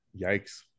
yikes